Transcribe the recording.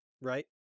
Right